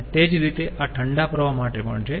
અને તે જ રીતે આ ઠંડા પ્રવાહ માટે પણ છે